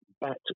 bat